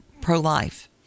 pro-life